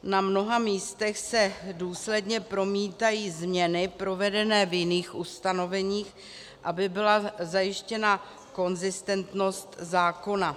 Na mnoha místech se důsledně promítají změny provedené v jiných ustanoveních, aby byla zajištěna konzistentnost zákona.